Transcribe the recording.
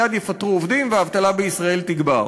מייד יפטרו עובדים והאבטלה בישראל תגבר.